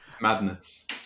Madness